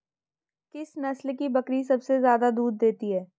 किस नस्ल की बकरी सबसे ज्यादा दूध देती है?